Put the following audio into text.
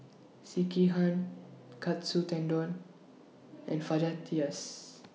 Sekihan Katsu Tendon and